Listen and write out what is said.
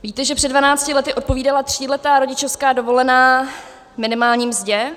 Víte, že před dvanácti lety odpovídala tříletá rodičovská dovolená minimální mzdě.